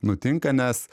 nutinka nes